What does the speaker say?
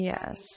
Yes